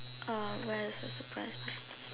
uh where is the surprise